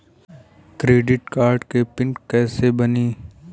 Credit card के PIN कैसे बनी?